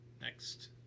Next